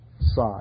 side